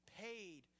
paid